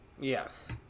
Yes